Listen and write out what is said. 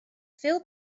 feel